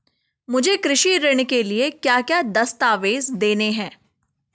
मुझे कृषि ऋण के लिए क्या क्या दस्तावेज़ देने हैं?